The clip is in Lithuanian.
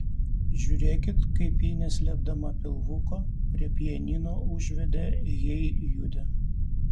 žiūrėkit kaip ji neslėpdama pilvuko prie pianino užvedė hey jude